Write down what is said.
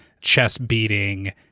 chess-beating